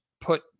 put